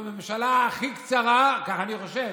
זו הממשלה הכי קצרה, כך אני חושב,